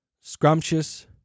scrumptious